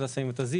מתי שמים מתזים.